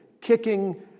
kicking